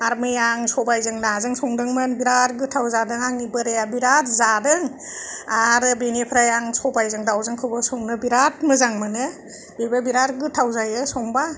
आर मैया आं सबायजों नाजों संदोंमोन बिराद गोथाव जादों आंनि बोराया बिराद जादों आरो बेनिफ्राय आं सबायजों दाउजोंखौबो संनो बिराद मोजां मोनो बेबो बिराद गोथाव जायो संब्ला